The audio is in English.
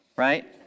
right